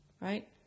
right